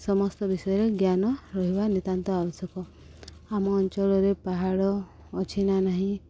ସମସ୍ତ ବିଷୟରେ ଜ୍ଞାନ ରହିବା ନିତ୍ୟାନ୍ତ ଆବଶ୍ୟକ ଆମ ଅଞ୍ଚଳରେ ପାହାଡ଼ ଅଛି ନା ନାହିଁ